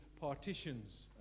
partitions